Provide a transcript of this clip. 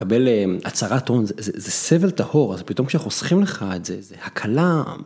מקבל הצהרת הון, זה סבל טהור, אז פתאום כשחוסכים לך את זה, זה הקלה.